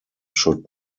should